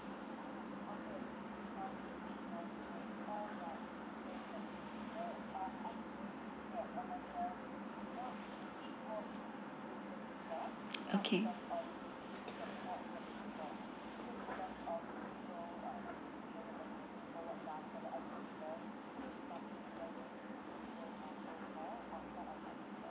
okay